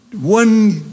one